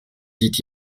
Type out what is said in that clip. dit